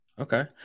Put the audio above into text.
Okay